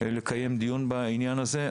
לקיים דיון בנושא הזה.